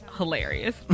hilarious